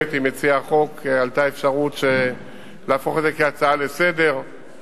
מוקדמת עם מציעי החוק עלתה אפשרות להפוך את זה להצעה לסדר-היום,